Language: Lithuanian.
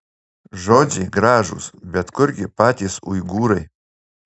žodžiai gražūs bet kurgi patys uigūrai